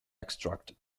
extracted